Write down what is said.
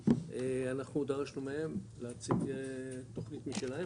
אנחנו דרשנו מהם להציג תוכנית משלהם,